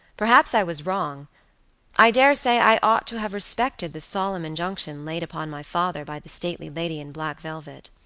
perhaps i was wrong i dare say i ought to have respected the solemn injunction laid upon my father by the stately lady in black velvet.